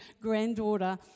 granddaughter